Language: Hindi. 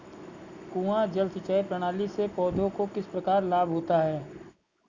कुआँ जल सिंचाई प्रणाली से पौधों को किस प्रकार लाभ होता है?